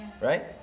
right